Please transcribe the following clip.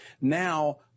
Now